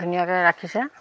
ধুনীয়াকে ৰাখিছে